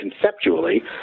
conceptually